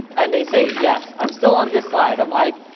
and they say, yes. i'm still on this slide, i'm like,